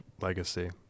legacy